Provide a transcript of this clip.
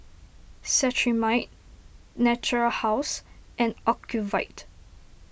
Cetrimide Natura House and Ocuvite